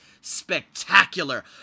spectacular